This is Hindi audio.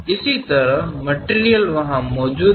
इसी तरह मटिरियल वहां मौजूद है